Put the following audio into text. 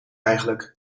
eigenlijk